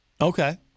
Okay